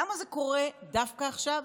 למה זה קורה דווקא עכשיו?